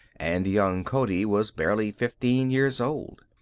and young cody was barely fifteen years old.